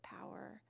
power